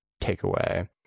takeaway